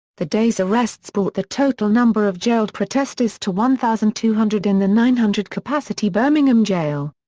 the day's arrests brought the total number of jailed protesters to one thousand two hundred in the nine hundred capacity birmingham jail.